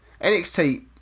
NXT